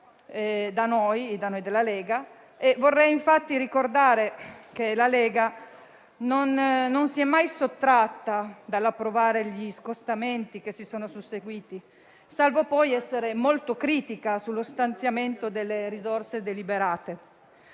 eravamo all'opposizione. Vorrei infatti ricordare che la Lega non si è mai sottratta dall'approvare gli scostamenti di bilancio che si sono susseguiti, salvo poi essere molto critica sullo stanziamento delle risorse deliberate.